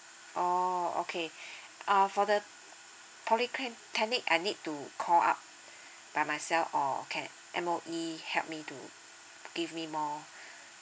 oh okay uh for the polytech~ technic I need to call up by myself or can M_O_E help me to give me more